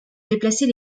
déplacer